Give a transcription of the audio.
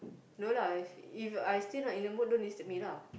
no lah If I still no remember don't disturb me lah